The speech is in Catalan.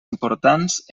importants